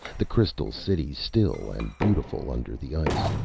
the crystal cities still and beautiful under the ice,